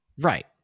right